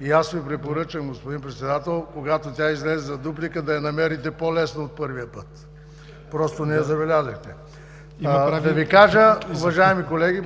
И аз Ви препоръчвам, господин Председател, когато тя излезе за дуплика, да я намерите по-лесно от първия път. Просто не я забелязахте. Благодаря Ви. Да Ви кажа, уважаеми колеги,